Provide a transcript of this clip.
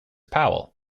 powell